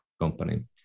company